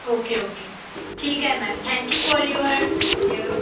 okay okay ठीक आहे ma'am thank you for your your